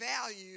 value